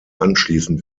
anschließend